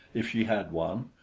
if she had one,